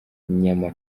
nyama